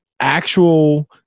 actual